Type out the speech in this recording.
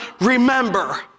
remember